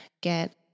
get